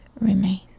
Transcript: remains